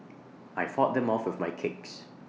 I fought them off with my kicks